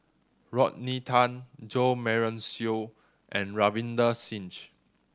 Rodney Tan Jo Marion Seow and Ravinder Singh